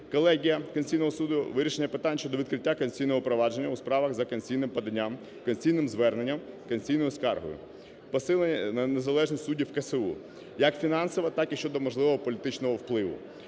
Колегія Конституційного Суду – вирішення питань щодо відкриття конституційного провадження у справах за конституційним поданням, конституційним зверненням, конституційною скаргою. Посилення на незалежність суддів КСУ як фінансово, так і щодо можливого політичного впливу.